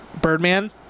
Birdman